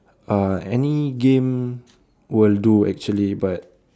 uh any game will do actually but